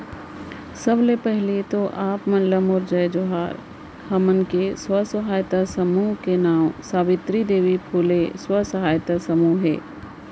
सबले पहिली तो आप ला मोर जय जोहार, हमन के स्व सहायता समूह के नांव सावित्री देवी फूले स्व सहायता समूह हे